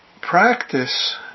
Practice